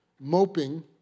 moping